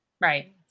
right